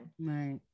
right